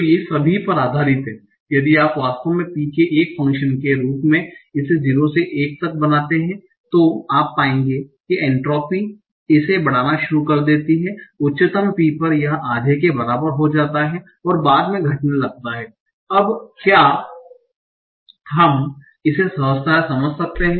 तो ये सभी पर आधारित हैं यदि आप वास्तव में P के एक फ़ंक्शन के रूप में इसे 0 से 1 तक बनाते हैं तो आप पाएंगे कि एन्ट्रापी इसे बढ़ाना शुरू कर देती है उच्चतम P पर यह आधे के बराबर हो जाता है और बाद में घटने लगता है अब क्या हम इसे सहजता से समझ सकते हैं